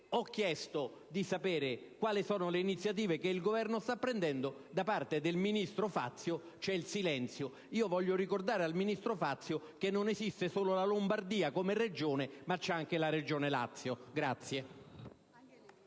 Ho chiesto di sapere quali sono le iniziative che il Governo sta prendendo, e da parte del ministro Fazio c'è stato il silenzio. Voglio ricordare al ministro Fazio che non esiste solo la Lombardia, come Regione, ma anche la Regione Lazio.